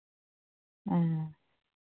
ᱦᱮᱸ